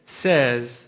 says